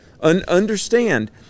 understand